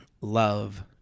love